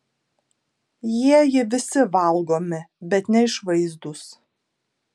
jieji visi valgomi bet neišvaizdūs